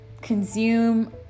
consume